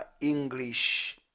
English